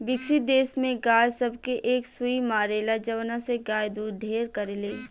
विकसित देश में गाय सब के एक सुई मारेला जवना से गाय दूध ढेर करले